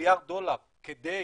מיליארד דולר כדי